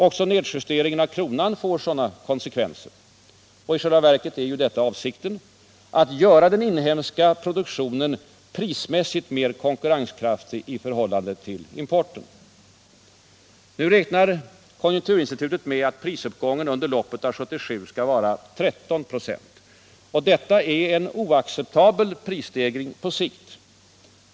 Också nedjusteringen av kronan får sådana konsekvenser. I själva verket är just detta avsikten — att göra den inhemska produktionen prismässigt mer konkurrenskraftig i förhållande till importen. Konjunkturinstitutet beräknar nu prisuppgången under loppet av 1977 till 13 96. Detta är en oacceptabel prisstegring på sikt.